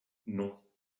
non